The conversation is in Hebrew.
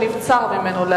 שנבצר ממנו.